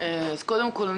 קודם כל,